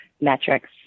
metrics